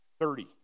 Thirty